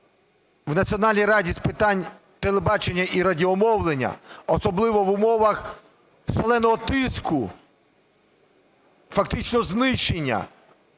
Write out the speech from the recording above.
в Національній раді з питань телебачення і радіомовлення, особливо в умовах шаленого тиску, фактично знищення